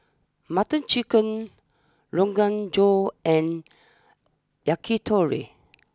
Butter Chicken Rogan Josh and Yakitori